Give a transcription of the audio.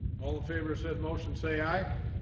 all the favor said motion say aye